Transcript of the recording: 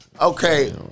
Okay